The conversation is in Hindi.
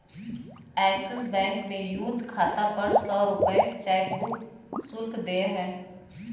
एक्सिस बैंक में यूथ खाता पर सौ रूपये चेकबुक शुल्क देय है